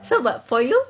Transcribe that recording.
so but for you